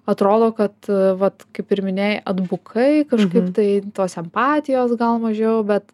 atrodo kad vat kaip ir minėjai atbukai kažkaip tai tos empatijos gal mažiau bet